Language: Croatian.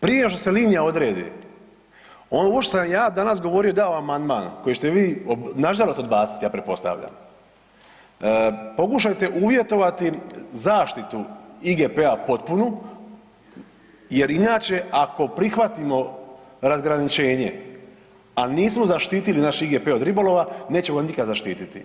Prije nego što se linija odredi ovo što sam ja govorio i dao amandman koji ćete vi nažalost odbaciti ja pretpostavljam, pokušajte uvjetovati zaštitu IGP-a potpunu jer inače ako prihvatimo razgraničenje, a nismo zaštitili naš IGP od ribolova, nećemo ga nikada zaštititi.